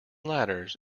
ladders